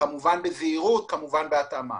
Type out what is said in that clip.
כמובן בזהירות וכמובן בהתאמה.